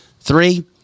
Three